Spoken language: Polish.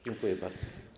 Dziękuję bardzo.